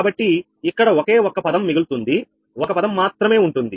కాబట్టి ఇక్కడ ఒకే ఒక్క పదం మిగులుతుంది ఒక పదం మాత్రమే ఉంటుంది